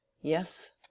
Yes